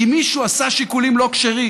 כי מישהו עשה שיקולים לא כשרים.